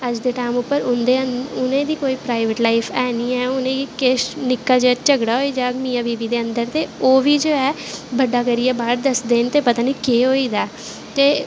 अज्ज दे टाईम उप्पर उंदी कोई प्राईवेट लाईफ है गै नी ऐ उनेंगी निक्की जेहा झगड़ा होई जाह्ग ते ओह् बी जो ऐ बड्डा करियै बाह्र दसदे न ते पता नी केह् होई दा ऐ ते